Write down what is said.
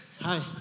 Hi